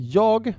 jag